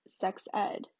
sex-ed